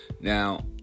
Now